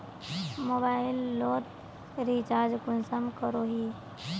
Mobile लोत recharge कुंसम करोही?